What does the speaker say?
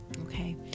Okay